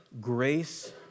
Grace